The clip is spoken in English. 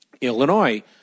Illinois